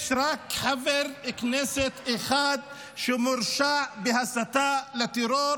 יש רק חבר כנסת אחד שמורשע בהסתה לטרור,